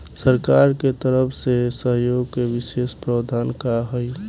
सरकार के तरफ से सहयोग के विशेष प्रावधान का हई?